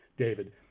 David